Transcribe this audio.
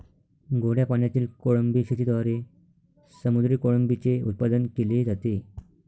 गोड्या पाण्यातील कोळंबी शेतीद्वारे समुद्री कोळंबीचे उत्पादन केले जाते